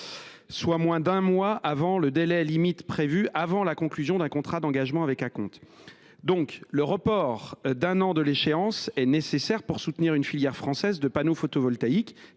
soit moins d’un mois avant le délai limite prévu avant la conclusion d’un contrat d’engagement avec acompte. Le report d’un an de l’échéance est donc nécessaire pour soutenir une filière française de panneaux photovoltaïques